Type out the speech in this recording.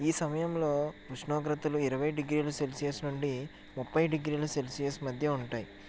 ఈ సమయంలో ఉష్ణోగ్రతలు ఇరవై డిగ్రీల సెల్సియస్ నుండి ముప్పై డిగ్రీల సెల్సియస్ మధ్య ఉంటాయి